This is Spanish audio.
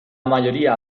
mayoría